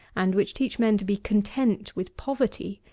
and which teach men to be content with poverty,